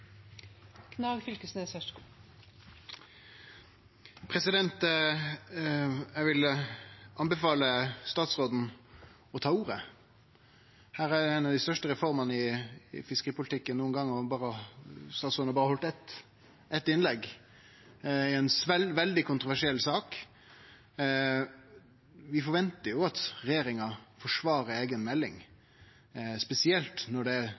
av dei største reformene i fiskeripolitikken nokon gong, og statsråden har berre halde eitt innlegg – i ei veldig kontroversiell sak. Vi forventar jo at regjeringa forsvarer si eiga melding, spesielt når det